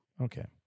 Okay